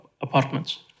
apartments